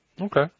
Okay